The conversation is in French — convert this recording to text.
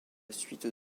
suite